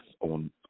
on